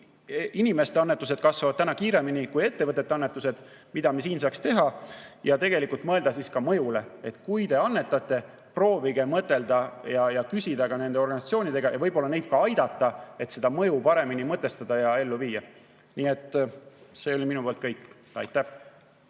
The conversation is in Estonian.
inimeste annetused kasvavad kiiremini kui ettevõtete annetused. Mida me siin saaks teha? Ja tegelikult tuleks mõelda ka mõjule – kui te annetate, proovige mõtelda ja küsida nende organisatsioonide käest ja võib-olla neid ka aidata, et seda mõju paremini mõtestada ja ellu viia. Minu poolt kõik. Aitäh!